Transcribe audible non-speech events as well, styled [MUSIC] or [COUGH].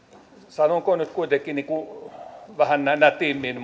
sanonko nyt kuitenkin niin kuin vähän nätimmin [UNINTELLIGIBLE]